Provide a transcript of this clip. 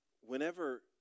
whenever